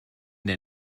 der